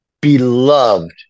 beloved